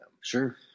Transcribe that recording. Sure